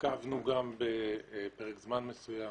נקבנו גם בפרק זמן מסוים,